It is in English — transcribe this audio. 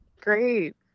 Great